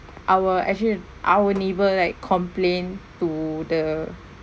our actually our neighbour like complain to the